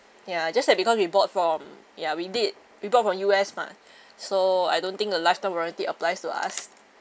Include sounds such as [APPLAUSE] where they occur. ya just that because we bought form ya we did we bought from U_S mah [BREATH] so I don't think the lifetime warranty applies to us